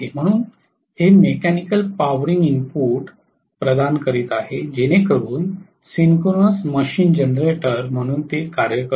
म्हणून हे mechanical powering input प्रदान करीत आहे जेणेकरुन सिंक्रोनस मशीन जनरेटर म्हणून कार्य करते